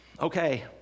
okay